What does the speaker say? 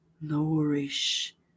nourish